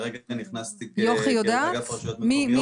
כרגע נכנסתי כאגף רשויות מקומיות.